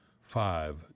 five